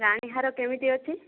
ରାଣୀହାର କେମିତି ଅଛି